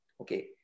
Okay